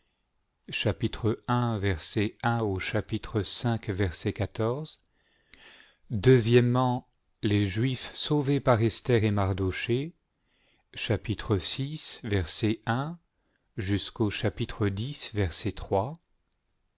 i les juifs sauvés par